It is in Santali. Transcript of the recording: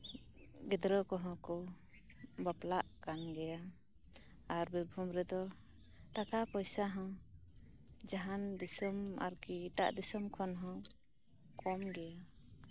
ᱜᱤᱫᱽᱨᱟᱹ ᱠᱚᱦᱚᱸ ᱠᱚ ᱵᱟᱯᱞᱟᱜ ᱠᱟᱱ ᱜᱮᱭᱟ ᱟᱨ ᱵᱤᱨᱵᱷᱩᱢ ᱨᱮᱫᱚ ᱴᱟᱠᱟ ᱯᱚᱭᱥᱟ ᱦᱚᱸ ᱡᱟᱦᱟᱱ ᱫᱤᱥᱚᱢ ᱟᱨᱠᱤ ᱮᱴᱟᱜ ᱫᱤᱥᱚᱢ ᱠᱷᱚᱱᱦᱚᱸ ᱠᱚᱢ ᱜᱮᱭᱟ